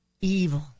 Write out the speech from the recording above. evil